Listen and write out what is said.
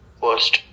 first